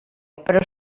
però